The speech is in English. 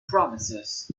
promises